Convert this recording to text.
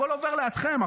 הכול עובר לידכם.